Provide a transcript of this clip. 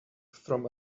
from